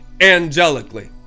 angelically